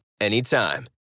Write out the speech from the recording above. anytime